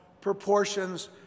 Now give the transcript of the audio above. proportions